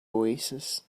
oasis